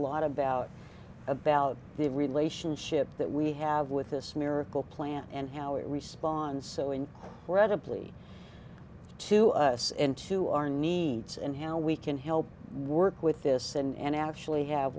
lot about about the relationship that we have with this miracle plant and how it responds so incredibly to us and to our needs and how we can help work with this and actually have